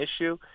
issue